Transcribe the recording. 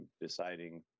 deciding